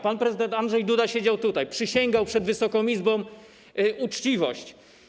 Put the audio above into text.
Pan prezydent Andrzej Duda siedział tutaj, przysięgał przed Wysoką Izbą uczciwość.